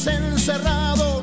encerrado